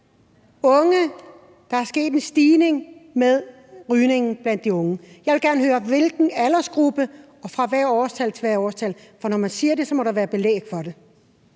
tale: Der er sket en stigning i rygningen blandt de unge. Jeg vil gerne høre, hvilken aldersgruppe det er – fra hvilken alder til hvilken alder – for når man siger det, må der være belæg for det.